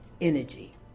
energy